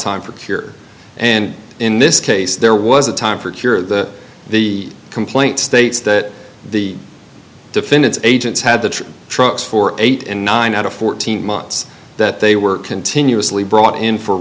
time for fear and in this case there was a time for cure that the complaint states that the defendant agents had to trucks for eight in nine out of fourteen months that they were continuously brought in for